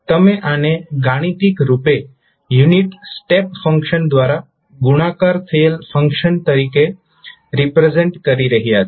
તમે આને ગાણિતિક રૂપે યુનિટ સ્ટેપ ફંક્શન દ્વારા ગુણાકાર થયેલા ફંક્શન તરીકે રિપ્રેઝેન્ટ કરી રહ્યાં છો